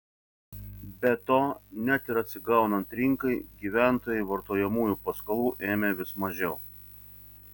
be to net ir atsigaunant rinkai gyventojai vartojamųjų paskolų ėmė vis mažiau